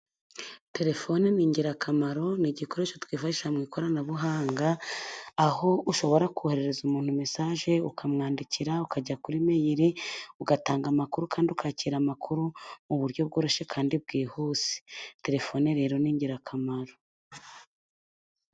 Telefone ni ingirakamaro, ni igikoresho twifasha mu ikoranabuhanga, aho ushobora koherereza umuntu mesaje, ukamwandikira ukajya kuri imeli ugatanga amakuru kandi ukakira amakuru mu buryo bworoshye kandi bwihuse. Telefone rero ni ingirakamaro.